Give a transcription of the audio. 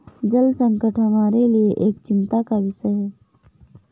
जल संकट हमारे लिए एक चिंता का विषय है